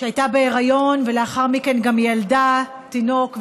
שהייתה בהיריון ולאחר מכן גם ילדה תינוק,